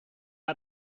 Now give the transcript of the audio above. hat